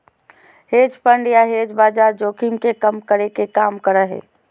hedge fund या hedge बाजार जोखिम के कम करे के काम करो हय